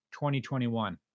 2021